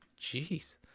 Jeez